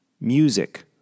music